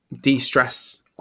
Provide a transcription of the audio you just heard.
de-stress